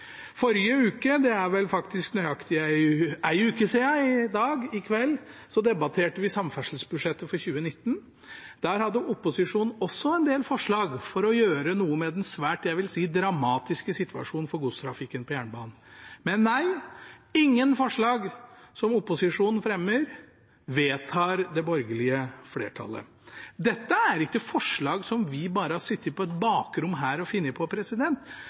Forrige uke – det er vel nøyaktig en uke siden i kveld – debatterte vi samferdselsbudsjettet for 2019. Der hadde opposisjonen også en del forslag for å gjøre noe med den svært – jeg vil si – dramatiske situasjonen for godstrafikk på jernbanen. Men nei, ingen forslag som opposisjonen fremmer, vedtar det borgerlige flertallet. Dette er ikke forslag som vi har sittet på et bakrom og funnet på.